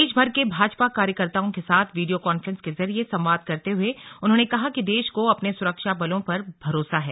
देशभर के भाजपा कार्यकर्ताओं के साथ वीडियो कॉफ्रेंस के जरिए संवाद करते हुए उन्होंरने कहा कि देश को अपने सुरक्षाबलों पर भरोसा है